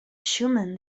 schumann